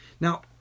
Now